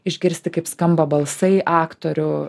išgirsti kaip skamba balsai aktorių